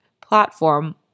platform